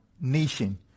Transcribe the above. nation